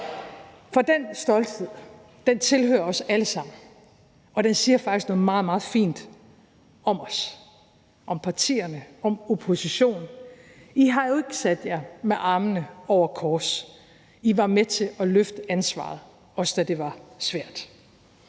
For den stolthed tilhører os alle sammen, og den siger faktisk noget meget, meget fint om os, om partierne og om oppositionen. I har jo ikke sat jer med armene over kors. I var med til at løfte ansvaret, også da det var svært